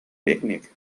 picnic